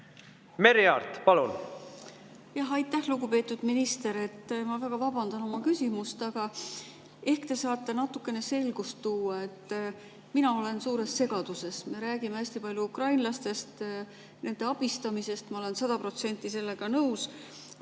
Merry Aart, palun!